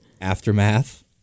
aftermath